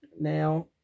Now